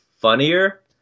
funnier